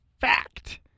fact